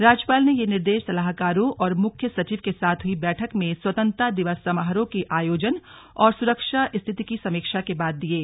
राज्यपाल ने यह निर्देश सलाहकारों और मुख्य सचिव के साथ हुई बैठक में स्वतंत्रता दिवस समारोहों के आयोजन और सुरक्षा स्थिति की समीक्षा के बाद दिये